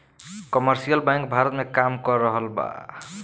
commercial bank Bharat में काम कर रहल बा